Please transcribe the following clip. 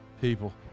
people